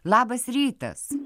labas rytas